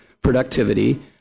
productivity –